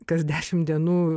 kas dešimt dienų